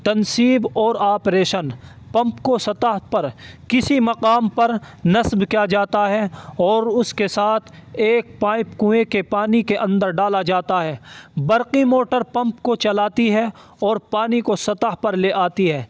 تنصیب اور operation pump کو سطح پر کسی مقام پر نصب کیا جاتا ہے اور اس کے ساتھ ایک پائپ کوے کے پانی کے اندر ڈالا جاتا ہے برقی موٹر پمپ کو چلاتی ہے اور پانی کو سطح پر لے آتی ہے